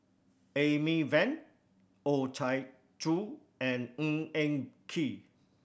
Amy Van Oh Chai Zhu and Ng Eng Kee